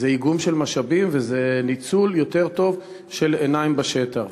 זה איגום של משאבים וזה ניצול יותר טוב של עיניים בשטח.